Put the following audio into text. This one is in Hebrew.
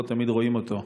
ולא תמיד רואים אותו,